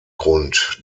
grund